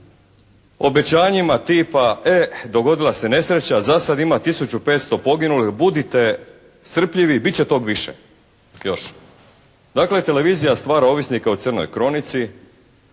Obećanjima tipa: E, dogodila se nesreća. Za sad ima 1500 poginulih. Budite strpljivi, bit će tog više još. Dakle televizija stvara ovisnike o Crnoj kronici.